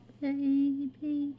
baby